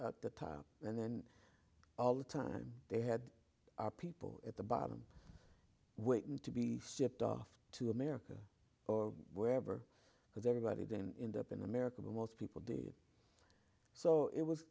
f the time and then all the time they had our people at the bottom waiting to be shipped off to america or wherever because everybody going up in america most people day so it was